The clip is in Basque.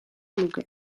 nuke